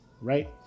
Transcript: right